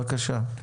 בבקשה.